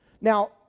Now